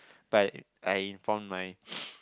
but I informed my